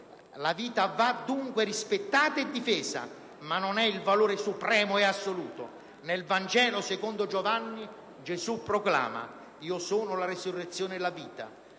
fisica va dunque rispettata e difesa, ma non è il valore supremo e assoluto. Nel Vangelo secondo Giovanni Gesù proclama: "Io sono la resurrezione e la vita: